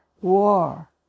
war